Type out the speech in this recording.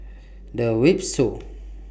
The Windsor